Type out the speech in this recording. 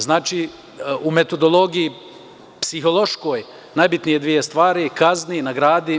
Znači, u metodologiji psihološkoj najbitnije dve stvari je - kazni, nagradi.